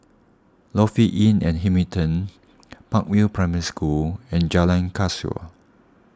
Lofi Inn at Hamilton Park View Primary School and Jalan Kasau